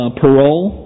parole